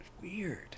weird